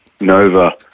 Nova